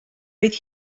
oedd